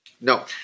no